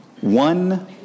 one